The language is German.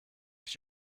ich